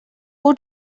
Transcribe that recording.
who